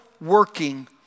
working